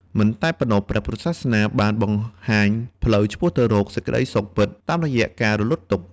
មិនតែប៉ុណ្ណោះព្រះពុទ្ធសាសនាបានបង្ហាញផ្លូវឆ្ពោះទៅរក សេចក្ដីសុខពិត តាមរយៈការរំលត់ទុក្ខ។